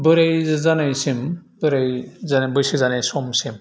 बोराइ जानायसिम बोराइ जा बैसो जानाय समसिम